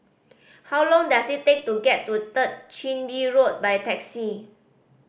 how long does it take to get to Third Chin Bee Road by taxi